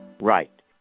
right